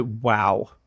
wow